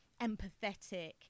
empathetic